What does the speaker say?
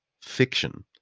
fiction